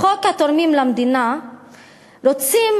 בחוק התורמים למדינה רוצים,